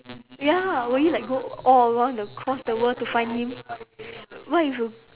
ya will you like go all around across the world to find him what if you